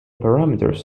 parameters